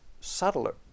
subtler